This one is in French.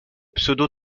pseudo